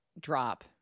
drop